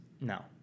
No